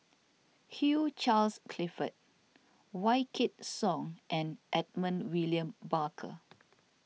Hugh Charles Clifford Wykidd Song and Edmund William Barker